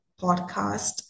podcast